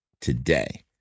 today